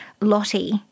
Lottie